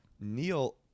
Neil